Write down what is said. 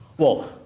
well,